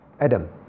Adam